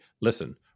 listen